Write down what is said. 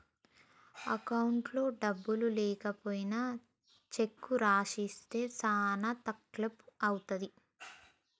అకౌంట్లో డబ్బులు లేకపోయినా చెక్కు రాసిస్తే చానా తక్లీపు ఐతది